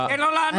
תן לו לענות.